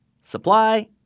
supply